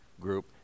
group